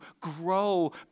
grow